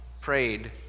prayed